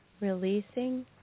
releasing